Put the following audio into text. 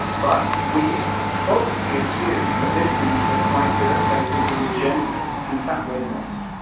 but we falsely assume that this means we're quite good at faces in general and, in fact, we're not